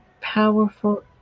powerful